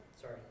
Sorry